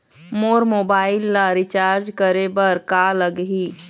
मोर mobile ला recharge करे बर का लगही?